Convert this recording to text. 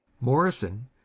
Morrison